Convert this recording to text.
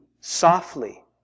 softly